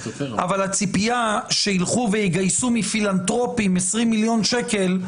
הציפייה שיגייסו מפילנטרופיים 20 מיליון שקל.